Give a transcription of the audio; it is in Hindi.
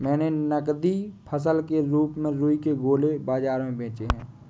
मैंने नगदी फसल के रूप में रुई के गोले बाजार में बेचे हैं